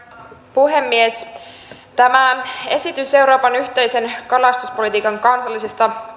puhemies tämä esitys euroopan yhteisen kalastuspolitiikan kansallisesta